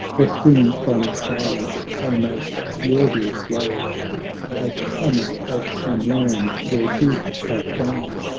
wresting from silence a most wordy flow of promise of some land where good have gone,